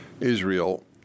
Israel